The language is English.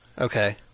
Okay